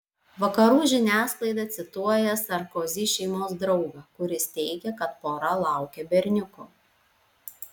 vakarų žiniasklaida cituoja sarkozy šeimos draugą kuris teigia kad pora laukia berniuko